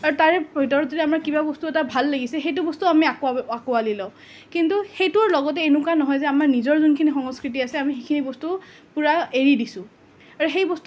আৰু তাৰে ভিতৰত যদি আমাৰ কিবা বস্তু এটা ভাল লাগিছে সেইটো বস্তু আমি আঁকোৱালি লওঁ কিন্তু সেইটোৰ লগতে এনেকুৱা নহয় যে আমাৰ নিজৰ যোনখিনি সংস্কৃতি আছে আমি সেইখিনি বস্তু পুৰা এৰি দিছোঁ আৰু সেই বস্তু